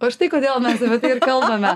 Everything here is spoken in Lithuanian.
o štai kodėl mes apie tai ir kalbame